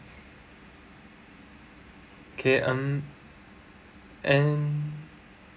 K mm and